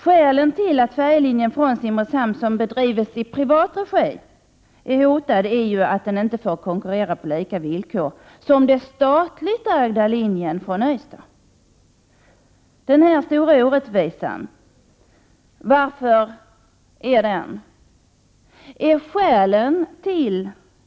Skälen till att färjelinjen från Simrishamn, som bedrivs i privat regi, är hotad är att den inte får konkurrera på lika villkor som den statligt ägda linjen från Ystad. Varför finns denna stora orättvisa?